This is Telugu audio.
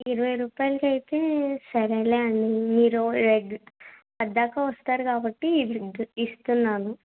ఇరవై రుపాయలికయితే సరేలే అండి మీరు రెగ్ పద్దాక వస్తారు కాబట్టి ఇస్తున్నాను